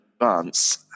advance